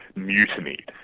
mutinied.